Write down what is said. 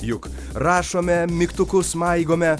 juk rašome mygtukus maigome